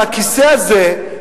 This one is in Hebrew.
מהכיסא הזה,